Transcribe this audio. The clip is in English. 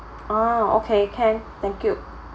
ah okay can thank you